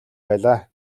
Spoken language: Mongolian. байлаа